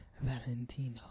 valentino